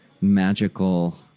magical